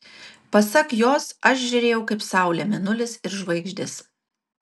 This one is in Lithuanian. pasak jos aš žėrėjau kaip saulė mėnulis ir žvaigždės